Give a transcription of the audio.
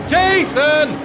Jason